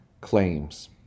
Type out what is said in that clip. claims